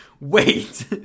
Wait